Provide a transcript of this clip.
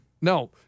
No